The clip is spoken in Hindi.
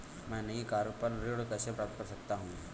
मैं नई कार पर ऋण कैसे प्राप्त कर सकता हूँ?